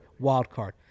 Wildcard